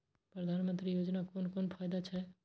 प्रधानमंत्री योजना कोन कोन फायदा छै?